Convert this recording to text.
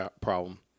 problem